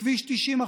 בכביש 90,